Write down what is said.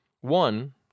One